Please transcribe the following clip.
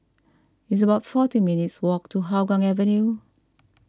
it's about forty minutes' walk to Hougang Avenue